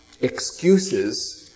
excuses